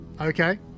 okay